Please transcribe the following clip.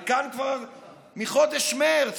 היא כאן כבר מחודש מרץ,